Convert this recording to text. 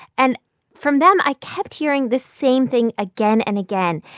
and from them, i kept hearing this same thing again and again.